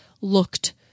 looked